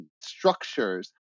structures